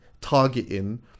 targeting